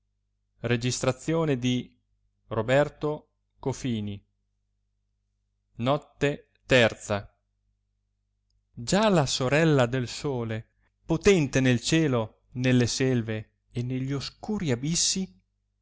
della seconda notte notte terza già la sorella del sole potente nel cielo nelle selve e ne gli oscuri abissi